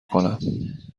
کنم